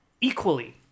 equally